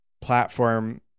platform